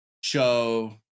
show